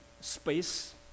space